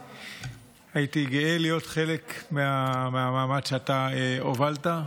הייתי גאה להיות חלק מהמאמץ שאתה הובלת.